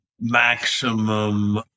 maximum